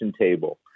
table